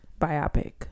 biopic